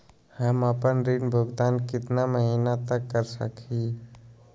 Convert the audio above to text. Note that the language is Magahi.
हम आपन ऋण भुगतान कितना महीना तक कर सक ही?